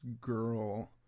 girl